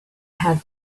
have